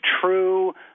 true